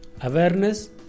Awareness